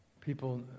people